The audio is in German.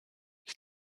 ich